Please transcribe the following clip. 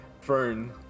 fern